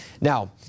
Now